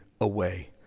away